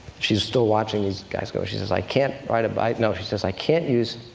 she's still watching these guys go she says, i can't ride a bike, no, she says, i can't use